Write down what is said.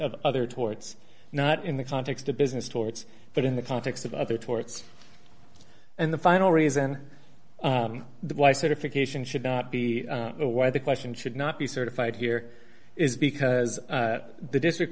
of other torts not in the context of business torts but in the context of other torts and the final reason why certification should not be why the question should not be certified here is because the district